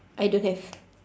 I don't have